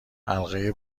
حلقه